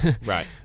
Right